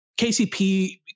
KCP